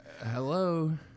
Hello